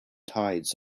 tides